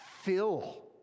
fill